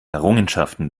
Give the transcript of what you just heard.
errungenschaften